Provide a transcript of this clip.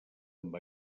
amb